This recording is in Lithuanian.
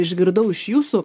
išgirdau iš jūsų